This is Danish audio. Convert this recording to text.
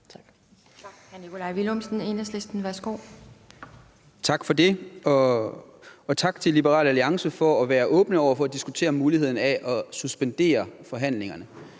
Tak.